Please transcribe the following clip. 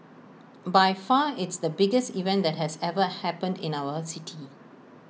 by far it's the biggest event that has ever been in our city